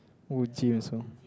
oh gym also